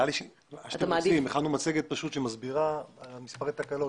עד שמגיעים לרמה שנתג"ז יכולה לקבל את הגז בתוך המערכת,